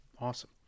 Awesome